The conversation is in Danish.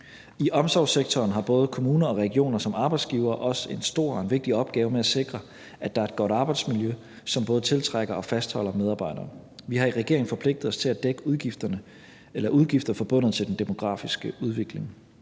I omsorgssektoren har både kommuner og regioner som arbejdsgivere også en stor og vigtig opgave med at sikre, at der er et godt arbejdsmiljø, som både tiltrækker og fastholder medarbejderne. Vi har i regeringen forpligtet os til at dække udgifter forbundet med den demografiske udvikling.